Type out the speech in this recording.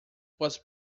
was